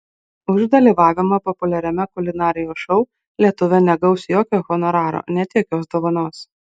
už dalyvavimą populiariame kulinarijos šou lietuvė negaus jokio honoraro net jokios dovanos